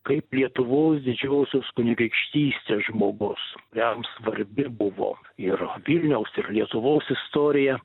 kaip lietuvos didžiosios kunigaikštystės žmogus jam svarbi buvo ir vilniaus ir lietuvos istorija